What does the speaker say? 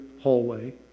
hallway